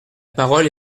parole